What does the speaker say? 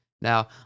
Now